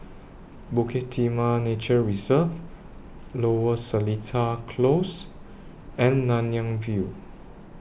Bukit Timah Nature Reserve Lower Seletar Close and Nanyang View